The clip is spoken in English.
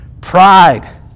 pride